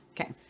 Okay